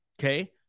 okay